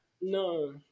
No